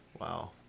Wow